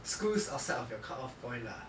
schools outside of your cut off point lah